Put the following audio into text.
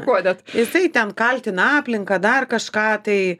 kodėl jisai ten kaltina aplinką dar kažką tai